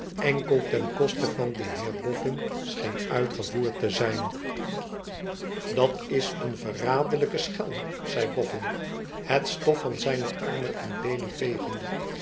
enkel ten koste van den heer boffin scheen uitgevoerd te zijn dat is een verraderlijke schelm zei boffin het stof van zijne armen en beenen vegende